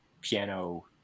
piano